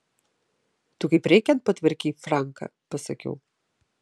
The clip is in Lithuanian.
tu kaip reikiant patvarkei franką pasakiau